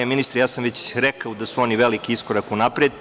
Ministre, ja sam već rekao da su oni veliki iskorak unapred.